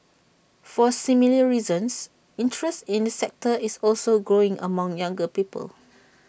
for similar reasons interest in the sector is also growing among younger people